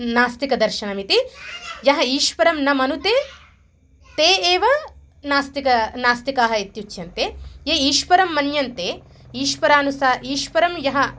नास्तिकदर्शनमिति यः ईश्वरं न मनुते ते एव नास्तिकाः नास्तिकाः इत्युच्यन्ते ये ईश्वरं मन्यन्ते ईश्वरानुसारम् ईश्वरं यः